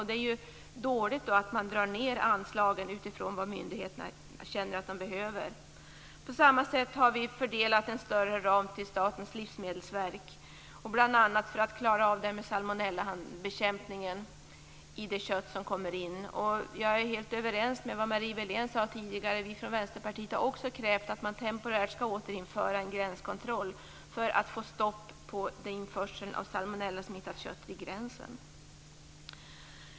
Det är dåligt att man då drar ned anslagen jämfört med vad myndigheterna känner att de behöver. På samma sätt har vi fördelat en större ram till Statens livsmedelsverk, bl.a. för att klara av det här med bekämpningen av salmonella i det kött som kommer in. Jag är helt överens med vad Marie Wilén sade tidigare. Vi från Vänsterpartiet har också krävt att man temporärt skall återinföra en gränskontroll för att få stopp på införseln av salmonellasmittat kött vid gränsen.